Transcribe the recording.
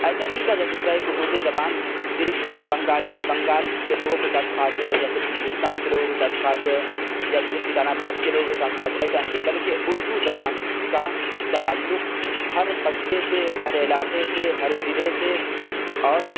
ایسا نہیں کہا جا سکتا ہے کہ اردو زبان صرف بنگالی بنگال کے لوگوں کے ساتھ خاص ہے یا صرف ہندوستان کے لوگوں کے ساتھ خاص ہے یا صرف سٹان آباد کے لوگوں کے ساتھ خاص ہے ایسا نہیں ہے بلکہ اردو زبان کا تعلق ہر قصبے سے ہر علاقے سے ہر ضلعے سے اور